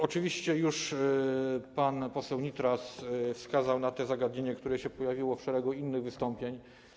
Oczywiście już pan poseł Nitras wskazał na to zagadnienie, które się pojawiło w szeregu innych wystąpień.